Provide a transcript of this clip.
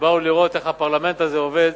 שבאו לראות איך הפרלמנט הזה עובד.